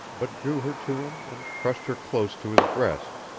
but drew her to him and crushed her close to his breast,